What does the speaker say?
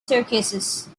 circuses